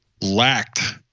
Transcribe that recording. lacked